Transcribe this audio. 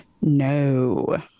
No